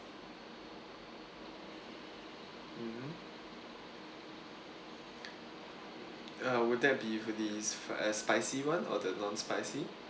mmhmm uh will that be for the s~ uh spicy one or the non spicy